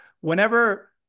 whenever